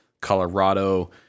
Colorado